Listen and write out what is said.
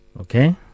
okay